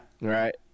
Right